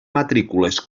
matrícules